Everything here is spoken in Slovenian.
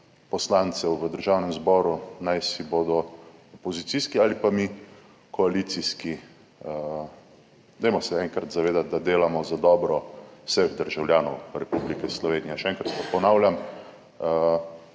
poslancev v Državnem zboru, najsibodo opozicijski ali pa mi koalicijski. Dajmo se enkrat zavedati, da delamo za dobro vseh državljanov Republike Slovenije. Še enkrat pa ponavljam,